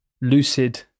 lucid